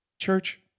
Church